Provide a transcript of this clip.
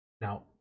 now